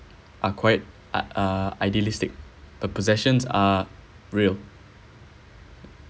are quite uh idealistic the possessions are real